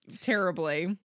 terribly